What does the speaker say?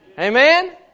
Amen